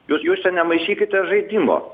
jūs jūs čia nemaišykite žaidimo